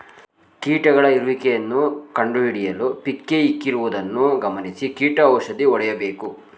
ಕೀಟಗಳ ಇರುವಿಕೆಯನ್ನು ಕಂಡುಹಿಡಿಯಲು ಪಿಕ್ಕೇ ಇಕ್ಕಿರುವುದನ್ನು ಗಮನಿಸಿ ಕೀಟ ಔಷಧಿ ಹೊಡೆಯಬೇಕು